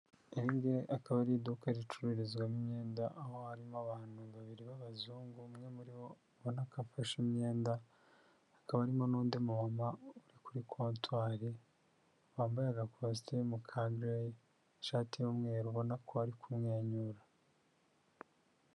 Iringiri akaba ari iduka ricururizwamo imyenda aho harimo abantu babiri b'abazungu umwe muri bo ubona ko afashe imyenda akaba ari harimo n'undi muntu uri kuri kontwari wambaye agakositimu ka gireyi, ishati y'umweru, ubona ko ari kumwenyura.